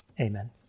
amen